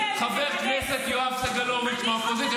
חבר הכנסת יואב סגלוביץ' מהאופוזיציה,